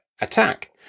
attack